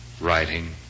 writing